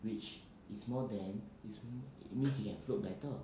which is more than it's it means it can float better